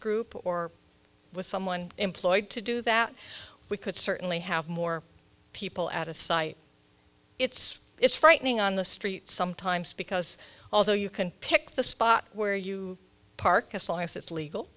group or with someone employed to do that we could certainly have more people at a site it's it's frightening on the street sometimes because although you can pick the spot where you park us live it's legal